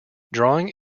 drawing